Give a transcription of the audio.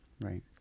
right